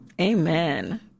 Amen